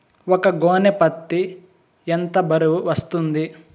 ఒక గోనె పత్తి ఎంత బరువు వస్తుంది?